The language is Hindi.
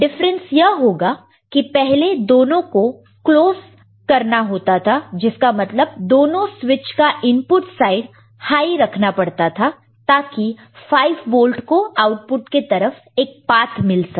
डिफरेंस यह होगा कि पहले दोनों को क्लोज करना होता था जिसका मतलब दोनों स्विच का इनपुट साइड हाई रखना पड़ता था ताकि 5 वोल्ट को आउटपुट के तरफ एक पात मिल सके